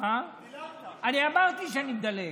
אני אמרתי שאני מדלג.